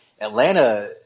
Atlanta